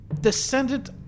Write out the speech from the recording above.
descendant